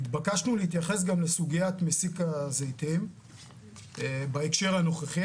נתבקשנו להתייחס גם לסוגית מסיק הזיתים בהקשר הנוכחי.